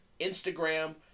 Instagram